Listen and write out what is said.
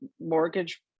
mortgage